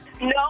No